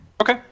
Okay